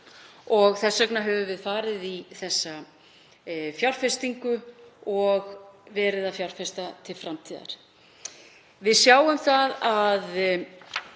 og þess vegna höfum við farið í þessa fjárfestingu og verið er að fjárfesta til framtíðar. Í þeim